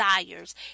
desires